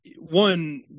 one